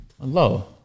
Hello